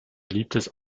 beliebtes